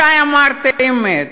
מתי אמרת אמת?